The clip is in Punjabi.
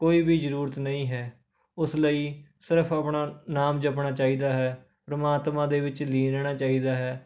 ਕੋਈ ਵੀ ਜ਼ਰੂਰਤ ਨਹੀਂ ਹੈ ਉਸ ਲਈ ਸਿਰਫ ਆਪਣਾ ਨਾਮ ਜਪਣਾ ਚਾਹੀਦਾ ਹੈ ਪਰਮਾਤਮਾ ਦੇ ਵਿੱਚ ਲੀਨ ਰਹਿਣਾ ਚਾਹੀਦਾ ਹੈ